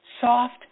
soft